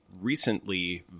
recently